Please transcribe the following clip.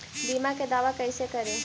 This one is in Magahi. बीमा के दावा कैसे करी?